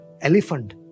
elephant